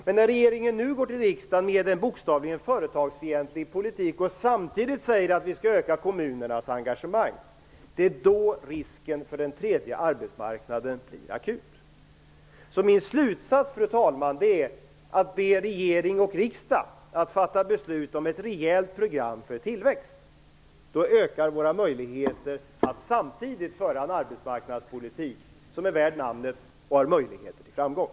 Men när regeringen nu går till riksdagen med en bokstavligen företagsfientlig politik och samtidigt säger att vi skall öka kommunernas engagemang, då blir risken för den tredje arbetsmarknaden akut. Min slutsats, fru talman, är att be regering och riksdag att fatta beslut om ett rejält program för tillväxt. Då ökar våra möjligheter att föra en arbetsmarknadspolitik som är värd namnet och som samtidigt har möjligheter till framgång.